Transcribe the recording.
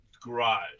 Garage